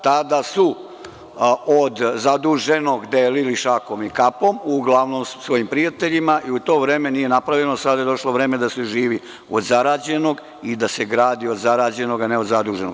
Tada su od zaduženog delili šakom i kapom, uglavnom svojim prijateljima i u to vreme nije napravljeno, a sada je došlo vreme da se živi od zarađenog i da se gradi od zarađenog, a ne od zaduženog.